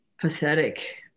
pathetic